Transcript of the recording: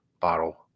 bottle